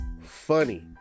funny